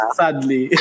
sadly